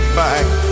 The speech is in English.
back